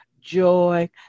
joy